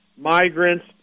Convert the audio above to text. migrants